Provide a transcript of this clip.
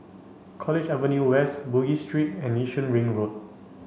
College Avenue West Bugis Street and Yishun Ring Road